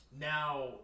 Now